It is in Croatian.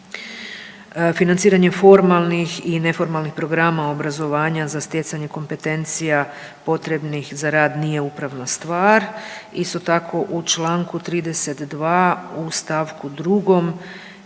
financiranje formalnih i neformalnih programa obrazovanja za stjecanje kompetencija potrebnih za rad nije upravna stvar. Isto tako u čl. 32. u st. 2.